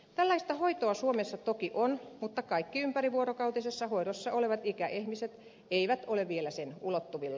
tällaista hoitoa suomessa toki on mutta kaikki ympärivuorokautisessa hoidossa olevat ikäihmiset eivät ole vielä sen ulottuvilla